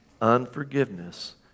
Unforgiveness